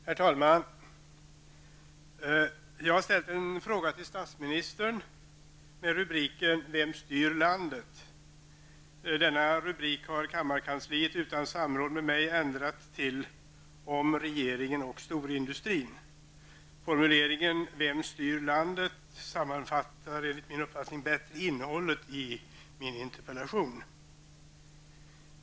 Herr talman! Jag har ställt en fråga till statsministern med rubriken ''Vem styr landet?''. Denna rubrik har kammarkansliet utan samråd med mig ändrat till ''om regeringen och storindustrin''. Formuleringen ''Vem styr landet?'' sammanfattar bättre innehållet i min interpellation.